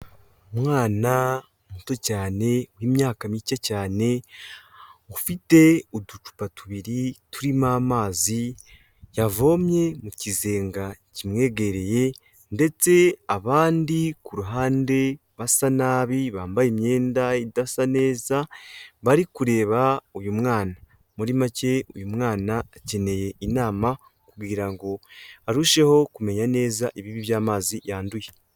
Umwana muto cyane w'imyaka mike cyane ufite uducupa tubiri turimo amazi, yavomye mu kizenga kimwegereye, ndetse abandi ku ruhande basa nabi bambaye imyenda idasa neza, bari kureba uyu mwana, muri make uyu mwana akeneye inama, kugira ngo arusheho kumenya neza ibibi by'amazi yanduye.